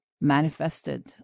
manifested